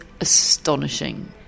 astonishing